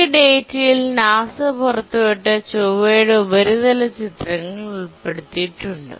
ഈ ഡാറ്റയിൽ നാസ പുറത്തുവിട്ട ചൊവ്വയുടെ ഉപരിതല ചിത്രങ്ങൾ ഉൾപ്പെടുത്തിയിട്ടുണ്ട്